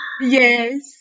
Yes